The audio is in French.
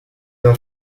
d’un